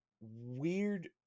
weird